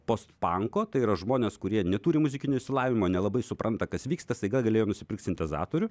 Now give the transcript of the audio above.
post panko tai yra žmonės kurie neturi muzikinio išsilavinimo nelabai supranta kas vyksta staiga galėjo nusipirkt sintezatorių